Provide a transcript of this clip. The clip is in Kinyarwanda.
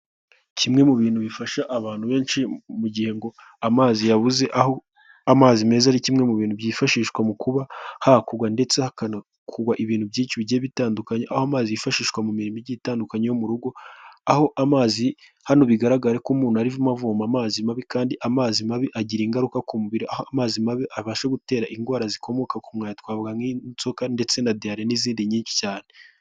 Kimwe mu bintu bifasha abantu benshi mu gihe ngo amazi yabuze, aho amazi meza ari kimwe mu bintu byifashishwa mu kuba hakugwa ndetse hakana kugwa ibintu byinshi bigiye bitandukanye, aho amazi yifashishwa mu mirimo igiye itandukanye yo mu rugo, aho amazi hano bigaragara ko umuntu arimo avoma amazi mabi, kandi amazi mabi agira ingaruka ku mubiri, amazi mabi abasha gutera indwara zikomoka ku myanda twavuga nk'inzoka, ndetse na diyare, n'izindi nyinshi cyane.